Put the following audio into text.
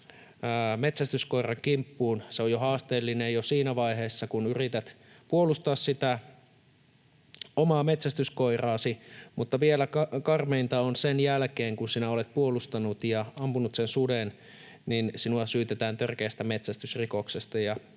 metsästyskoiran kimppuun. Se on haasteellinen jo siinä vaiheessa, kun yrität puolustaa omaa metsästyskoiraasi, mutta karmeinta on sen jälkeen, kun sinä olet puolustanut ja ampunut sen suden, että sinua syytetään törkeästä metsästysrikoksesta